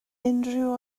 unrhyw